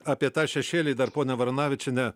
apie tą šešėlį dar ponia varanavičiene